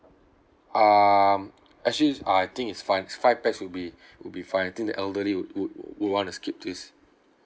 um actually I think it's five five pax will be will be fine I think the elderly would would would want to skip this